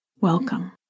Welcome